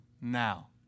now